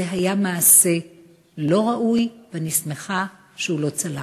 היה מעשה לא ראוי, ואני שמחה שהוא לא צלח.